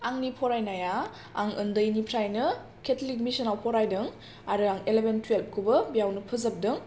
आंनि फरायनाया आं ओन्दैनिफ्राइनो केथलिक मिशन आव फरायदों आरो आं एलेबेन थुएल्फ खौबो बेयावनो फोजोबदों